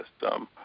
system